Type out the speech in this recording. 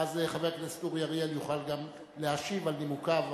ואז חבר הכנסת אורי אריאל גם יכול להשיב על נימוקיו.